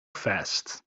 fast